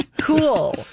cool